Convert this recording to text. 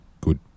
good